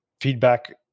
feedback